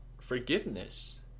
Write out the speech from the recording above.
forgiveness